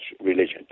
religion